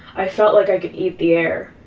i felt like i could eat the air.